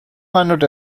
hundred